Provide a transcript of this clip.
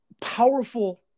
powerful